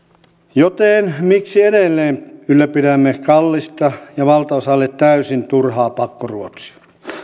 joten miksi edelleen ylläpidämme kallista ja valtaosalle täysin turhaa pakkoruotsia